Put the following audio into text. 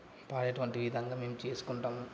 పాడేటువంటి విధంగా మేము చేసుకుంటాము